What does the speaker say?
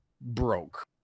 broke